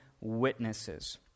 witnesses